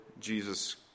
Jesus